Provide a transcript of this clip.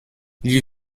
gli